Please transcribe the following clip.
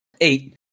Eight